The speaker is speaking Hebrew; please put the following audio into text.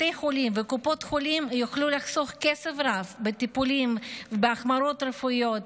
בתי חולים וקופות חולים יוכלו לחסוך כסף רב בטיפולים ובהחמרות רפואיות,